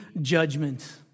judgment